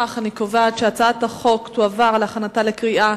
לפיכך אני קובעת שהצעת החוק תועבר להכנתה לקריאה